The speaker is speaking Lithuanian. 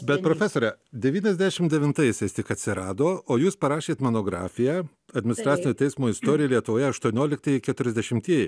bet profesore devyniasdešim devintaisiais tik atsirado o jūs parašėt monografiją administracinio teismo istorija lietuvoje aštuonioliktieji keturiasdešimtieji